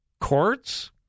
courts